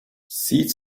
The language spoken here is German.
sieht